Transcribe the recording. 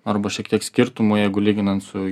arba šiek tiek skirtumų jeigu lyginant su